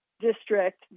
District